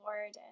Lord